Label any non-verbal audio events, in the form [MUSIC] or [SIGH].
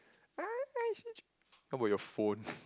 ah how about your phone [BREATH]